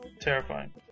terrifying